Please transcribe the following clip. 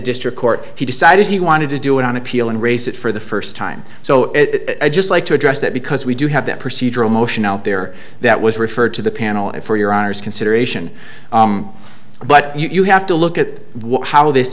district court he decided he wanted to do it on appeal and raise it for the first time so i'd just like to address that because we do have that procedural motion out there that was referred to the panel and for your honour's consideration but you have to look at what how this